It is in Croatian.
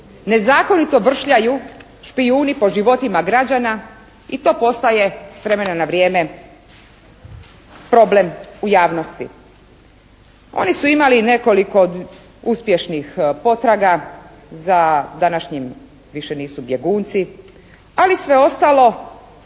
nezakonito bršljaju špijuni po životima građana i to postaje s vremena na vrijeme problem u javnosti. Oni su imali nekoliko uspješnih potraga za današnjim, više nisu bjegunci, ali sve ostalo